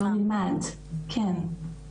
סליחה,